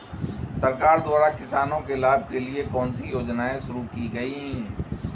सरकार द्वारा किसानों के लाभ के लिए कौन सी योजनाएँ शुरू की गईं?